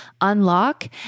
unlock